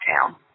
town